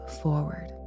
forward